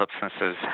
substances